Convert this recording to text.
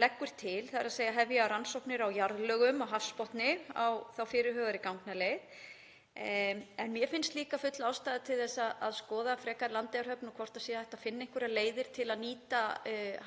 leggur til, þ.e. að hefja rannsóknir á jarðlögum og hafsbotni á fyrirhugaðri gangaleið, en mér finnst líka full ástæða til að skoða frekar Landeyjahöfn og hvort sé hægt að finna einhverjar leiðir til að nýta